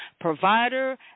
Provider